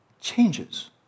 changes